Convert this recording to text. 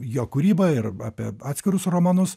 jo kūrybą ir apie atskirus romanus